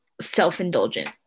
self-indulgent